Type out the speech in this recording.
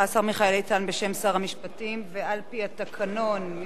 על-פי התקנון, סעיף מס' 77(ו),